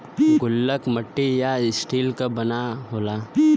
गुल्लक मट्टी या स्टील क बना होला